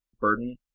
burden